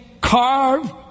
carve